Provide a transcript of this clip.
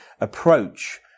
approach